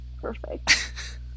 perfect